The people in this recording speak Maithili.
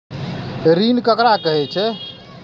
ऋण ककरा कहे छै?